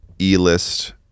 E-list